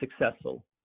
successful